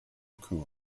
occur